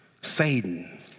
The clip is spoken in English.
Satan